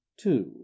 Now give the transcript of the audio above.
two